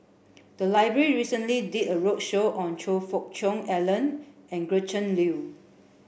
the library recently did a roadshow on Choe Fook Cheong Alan and Gretchen Liu